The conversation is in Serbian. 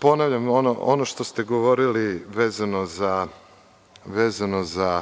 Ponoviću ono što ste govorili vezano za